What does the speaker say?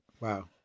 Wow